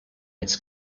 its